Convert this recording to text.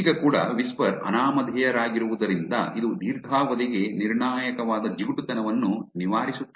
ಈಗ ಕೂಡ ವಿಸ್ಪರ್ ಅನಾಮಧೇಯರಾಗಿರುವುದರಿಂದ ಇದು ದೀರ್ಘಾವಧಿಗೆ ನಿರ್ಣಾಯಕವಾದ ಜಿಗುಟುತನವನ್ನು ನಿವಾರಿಸುತ್ತದೆ